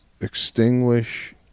extinguish